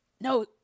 No